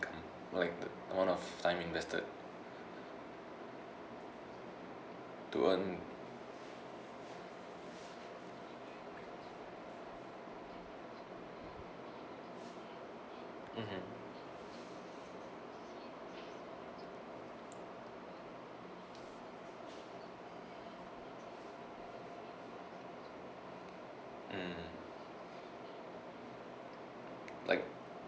come like one of the time invested to earn mmhmm mm like